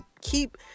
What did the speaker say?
keep